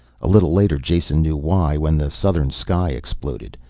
a little later jason knew why, when the southern sky exploded.